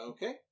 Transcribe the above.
Okay